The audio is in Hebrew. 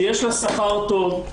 שיש לה שכר טוב,